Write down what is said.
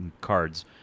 cards